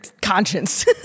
conscience